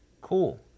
cool